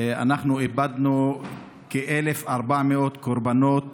אנחנו איבדנו כ-1,400 קורבנות